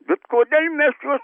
bet kodėl mes juos